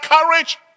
courage